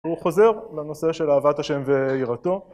הוא חוזר לנושא של אהבת השם ואירתו.